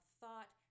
thought